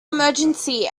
emergency